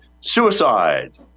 suicide